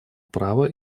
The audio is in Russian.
права